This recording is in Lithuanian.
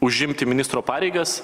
užimti ministro pareigas